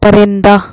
پرندہ